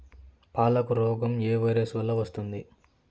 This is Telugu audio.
పాలకు రోగం ఏ వైరస్ వల్ల వస్తుంది?